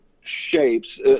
shapes